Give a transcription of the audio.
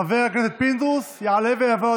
חבר הכנסת פינדרוס, יעלה ויבוא,